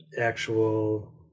actual